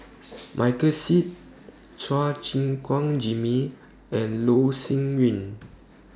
Michael Seet Chua Gim Guan Jimmy and Loh Sin Yun